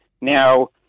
Now